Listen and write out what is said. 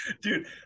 Dude